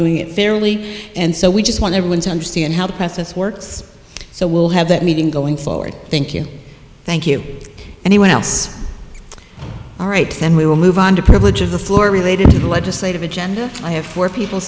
doing it fairly and so we just want everyone to understand how the process works so we'll have that meeting going forward thank you thank you anyone else all right then we will move on to privilege of the floor related to the legislative agenda i have four people